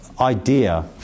idea